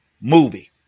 movie